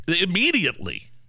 immediately